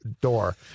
door